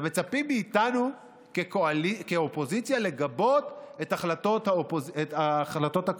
עכשיו מצפים מאיתנו כאופוזיציה לגבות את החלטות הקואליציה.